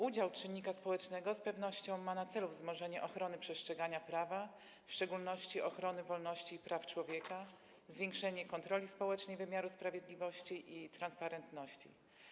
Udział czynnika społecznego z pewnością ma na celu wzmożenie ochrony przestrzegania prawa, w szczególności ochrony wolności i praw człowieka, zwiększenie kontroli społecznej wymiaru sprawiedliwości i transparentności.